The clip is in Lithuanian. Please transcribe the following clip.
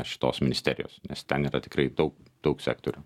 šitos ministerijos nes ten yra tikrai daug daug sektorių